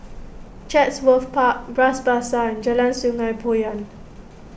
Chatsworth Park Bras Basah Jalan Sungei Poyan